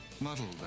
muddled